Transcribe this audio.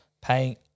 paying